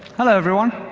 hello, everyone.